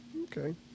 Okay